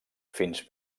fins